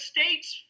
State's